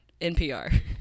NPR